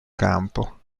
campo